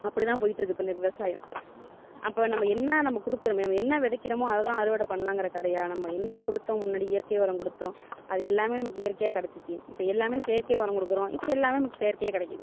அப்படிதான் போய்ட்டுருக்கு இப்போ இந்த விவசாயம் அப்போ நம்ம என்ன நம்ம கொடுக்கிறமோ என்ன விதைக்கிறமோ அதைதான் அறுவடை பண்ணலாங்கிற கதையாக நம்ம என்ன கொடுத்தோம் முன்னாடி இயற்கை உரம் கொடுத்தோம் அது எல்லாமே நமக்கு இயற்கையாக கெடைச்சிச்சி இப்போ எல்லாமே செயற்கை உரம் கொடுக்குறோம் இப்போ எல்லாமே நமக்கு செயற்கையாக கிடைக்கிது